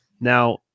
now